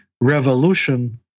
revolution